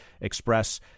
express